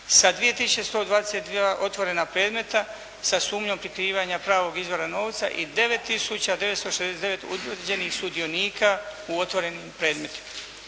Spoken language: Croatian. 122 otvorena predmeta sa sumnjom prikrivanja pravog izvora novca i 9 tisuća 969 utvrđenih sudionika u otvorenim predmetima.